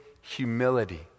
Humility